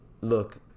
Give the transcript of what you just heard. Look